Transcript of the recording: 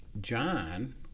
John